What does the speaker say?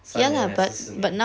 三年还是四年